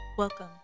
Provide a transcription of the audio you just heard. Welcome